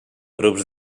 grups